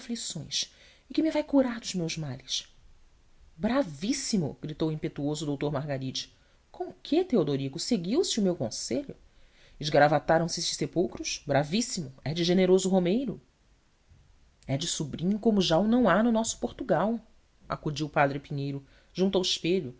aflições e que me vai curar dos meus males bravíssimo gritou o impetuoso doutor margaride com quê teodorico seguiu-se o meu conselho esgaravataram se esses sepulcros bravíssimo é de generoso romeiro é de sobrinho como já o não há no nosso portugal acudiu o padre pinheiro junto ao espelho